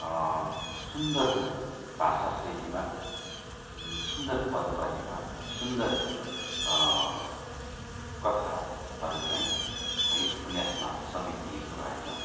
सुन्दर भाषाशैलीमा सुन्दर पदावलीमा सुन्दर कथाहरू चाहिँ यो उपन्यासमा समेटिएको रहेछ